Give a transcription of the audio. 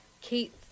Kate